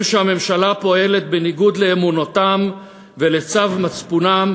שהממשלה פועלת בניגוד לאמונתם ולצו מצפונם,